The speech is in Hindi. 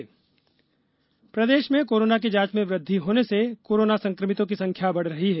कोरोना प्रदेश प्रदेश में कोरोना की जांच में वृद्धि होने से कोरोना संक्रमितों की संख्या बढ़ रही है